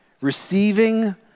Receiving